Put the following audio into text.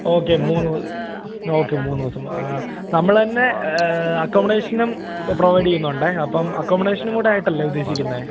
okay മൂന്ന് okay മൂന്ന് ദിവസം നമ്മള് തന്നെ അക്കോമഡേഷനും പ്രൊവൈഡ് ചെയ്യുന്നുണ്ട് അപ്പം അക്കോമഡേഷനും കൂടെയായിട്ടല്ലെ ഉദ്ദേശിക്കുന്നത്